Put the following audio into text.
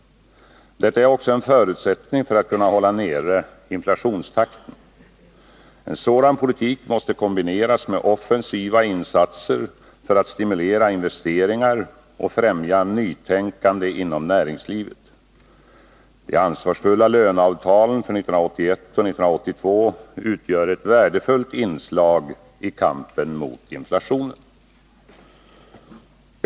Detta är också en förutsättning för att kunna hålla nere inflationstakten. En sådan politik måste kombineras med offensiva insatser för att stimulera investeringar och främja nytänkande inom näringslivet. De ansvarsfulla löneavtalen för 1981 och 1982 utgör ett värdefullt inslag i kampen mot inflationen.